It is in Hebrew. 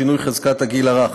שינוי חזקת הגיל הרך),